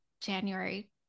January